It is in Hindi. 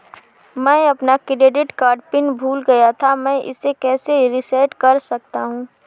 मैं अपना क्रेडिट कार्ड पिन भूल गया था मैं इसे कैसे रीसेट कर सकता हूँ?